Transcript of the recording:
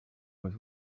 was